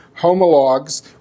homologs